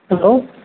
hello